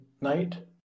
night